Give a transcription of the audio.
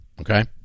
Okay